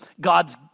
God's